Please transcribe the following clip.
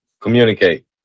Communicate